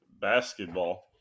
basketball